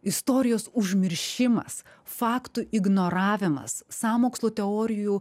istorijos užmiršimas faktų ignoravimas sąmokslo teorijų